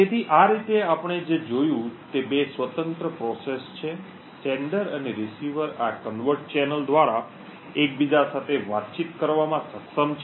તેથી આ રીતે આપણે જે જોયું છે તે બે સ્વતંત્ર પ્રક્રિયાઓ છે પ્રેષક અને પ્રાપ્તકર્તા આ કન્વર્ટ ચેનલ દ્વારા એકબીજા સાથે વાતચીત કરવામાં સક્ષમ છે